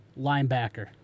linebacker